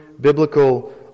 biblical